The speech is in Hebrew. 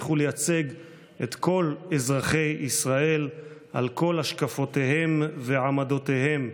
ולייצג את כל אזרחי ישראל על כל השקפותיהם ועמדותיהם.